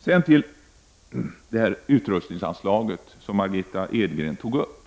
Sedan till utrustningsanslaget, som Margitta Edgren tog upp.